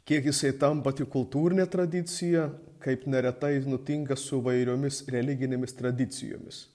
kiek jisai tampa tik kultūrine tradicija kaip neretai nutinka su įvairiomis religinėmis tradicijomis